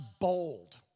bold